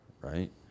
Right